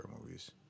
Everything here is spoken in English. movies